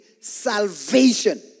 salvation